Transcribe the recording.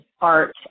art